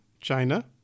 China